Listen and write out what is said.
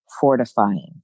fortifying